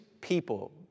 people